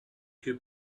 too